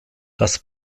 das